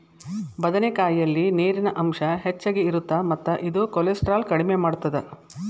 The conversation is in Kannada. ಬದನೆಕಾಯಲ್ಲಿ ನೇರಿನ ಅಂಶ ಹೆಚ್ಚಗಿ ಇರುತ್ತ ಮತ್ತ ಇದು ಕೋಲೆಸ್ಟ್ರಾಲ್ ಕಡಿಮಿ ಮಾಡತ್ತದ